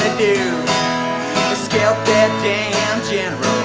do scalp that damn general